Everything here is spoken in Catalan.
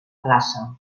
plaça